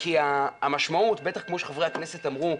כמו שחברי הכנסת אמרו,